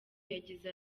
yagize